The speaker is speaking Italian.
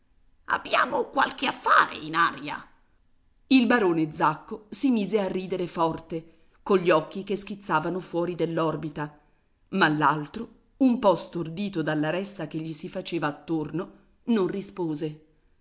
abbiamo qualche affare in aria il barone zacco si mise a ridere forte cogli occhi che schizzavano fuori dell'orbita ma l'altro un po stordito dalla ressa che gli si faceva attorno non rispose